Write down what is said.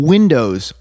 Windows